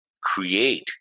create